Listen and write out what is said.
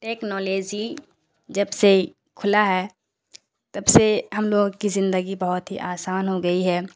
technology جب سے کھلا ہے تب سے ہم لوگ کی زندگی بہت ہی آسان ہو گئی ہے